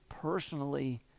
personally